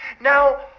Now